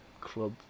club